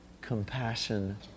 compassion